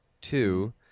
Two